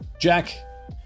Jack